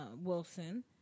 Wilson